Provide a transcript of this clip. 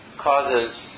causes